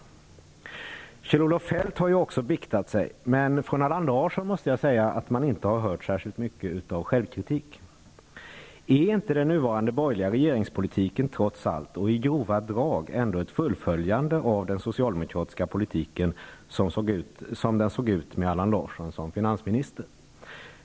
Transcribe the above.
Också Kjell-Olof Feldt har ju biktat sig, men från Allan Larsson har man ännu inte hört särskilt mycket av självkritik. Är inte den nuvarande borgerliga regeringspolitiken trots allt och i grova drag ändå ett fullföljande av den socialdemokratiska politiken som den såg ut med Allan Larsson som finansminister?